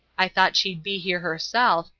i thought she'd be here herself,